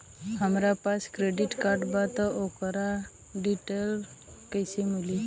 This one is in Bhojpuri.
हमरा पास क्रेडिट कार्ड बा त ओकर डिटेल्स कइसे मिली?